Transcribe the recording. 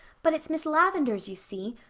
but it's miss lavendar's, you see.